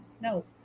no